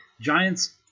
Giants